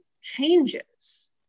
changes